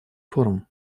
форум